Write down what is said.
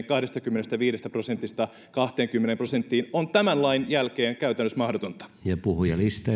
kahdestakymmenestäviidestä prosentista kahteenkymmeneen prosenttiin on tämän lain jälkeen käytännössä mahdotonta puhujalista